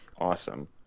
Awesome